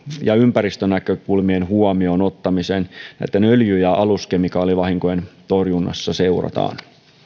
ja ympäristönäkökulmien huomioon ottamiseen öljy ja aluskemikaalivahinkojen torjunnassa seurataan